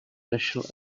national